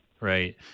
Right